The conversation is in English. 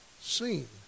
seen